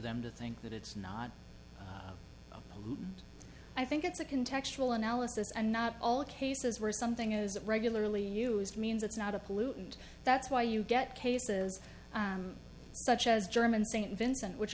them to think that it's not i think it's akin textual analysis and not all cases where something is regularly used means it's not a pollutant that's why you get cases such as german st vincent which